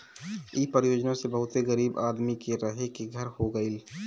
इ योजना से बहुते गरीब आदमी के रहे के घर हो गइल